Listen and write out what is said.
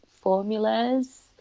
formulas